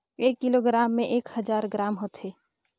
एक किलोग्राम म एक हजार ग्राम होथे